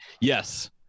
yes